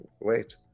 wait